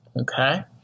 okay